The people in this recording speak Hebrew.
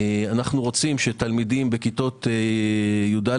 אנו רוצים שתלמידים בכיתות י"א,